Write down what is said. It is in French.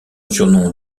surnom